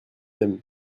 mêmes